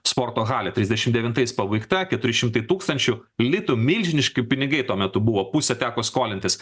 sporto halė trisdešimt devintais pabaigta keturi šimtai tūkstančių litų milžiniški pinigai tuo metu buvo pusę teko skolintis